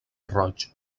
roig